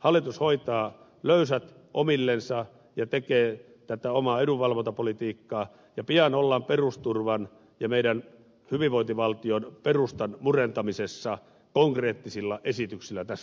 hallitus hoitaa löysät omillensa ja tekee tätä omaa edunvalvontapolitiikkaansa ja pian ollaan perusturvan ja meidän hyvinvointivaltiomme perustan murentamisessa konkreettisilla esityksillä tässä salissa